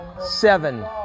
seven